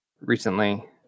recently